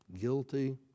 guilty